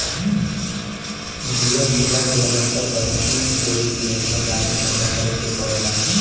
जीवन बीमा के अंतरगत किस्त के रूप में धनरासि जमा करे के पड़ेला